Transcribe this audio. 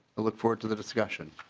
look forward to the discussion.